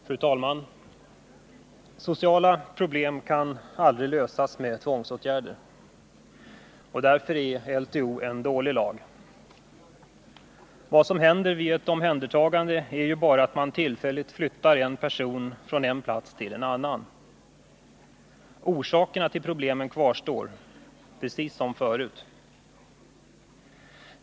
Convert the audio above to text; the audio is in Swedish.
Fru talman! Sociala problem kan aldrig lösas med tvångsåtgärder. Därför är LTO en dålig lag. Vad som händer vid ett omhändertagande är bara att man tillfälligt flyttar en person från en plats till en annan. Orsakerna till problemen kvarstår ju — precis som förut.